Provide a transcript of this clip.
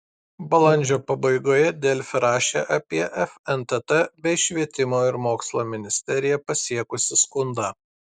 balandžio pabaigoje delfi rašė apie fntt bei švietimo ir mokslo ministeriją pasiekusį skundą